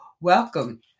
Welcome